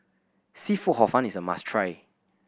seafood Hor Fun is a must try